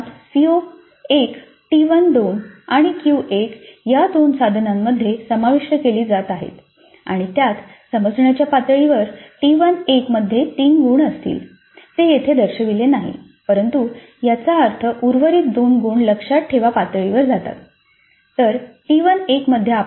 तर मुळात CO 1 T 2 आणि क्यू 1 या दोन साधनांमध्ये समाविष्ट केले जात आहे आणि त्यात समजण्याच्या पातळीवर टी 1 मध्ये 3 गुण असतील ते येथे दर्शविलेले नाही परंतु याचा अर्थ उर्वरित 2 गुण लक्षात ठेवा पातळीवर जातात